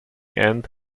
and